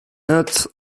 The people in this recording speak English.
nuts